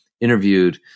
interviewed